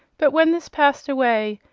but when this passed away,